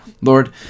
Lord